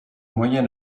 moyens